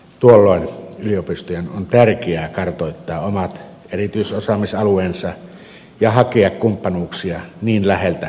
tuolloin yliopistojen on tärkeää kartoittaa omat erityisosaamisalueensa ja hakea kumppanuuksia niin läheltä kuin kaukaa